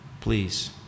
Please